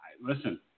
listen